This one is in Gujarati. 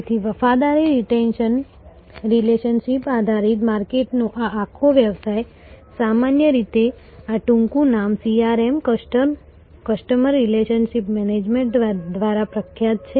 તેથી વફાદારી રીટેન્શન રિલેશનશિપ આધારિત માર્કેટિંગનો આ આખો વ્યવસાય સામાન્ય રીતે આ ટૂંકું નામ CRM કસ્ટમર રિલેશનશિપ મેનેજમેન્ટ દ્વારા પ્રખ્યાત છે